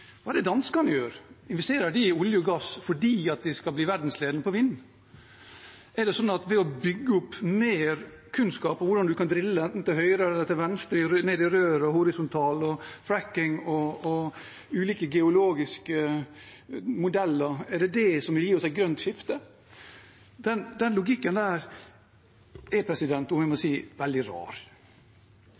Hva er det danskene gjør? Investerer de i olje og gass fordi de skal bli verdensledende på vind? Er det det å bygge opp mer kunnskap om hvordan man kan drille – til høyre eller til venstre, nede i rør, horisontalt, «tracking» – og ulike geologiske modeller som vil gi oss et grønt skifte? Den logikken er, om jeg må si det, veldig rar.